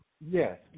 Yes